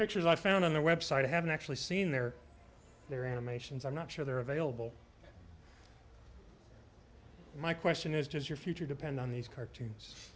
pictures i found on the web site i haven't actually seen they're there animations i'm not sure they're available my question is does your future depend on these cartoons